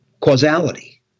causality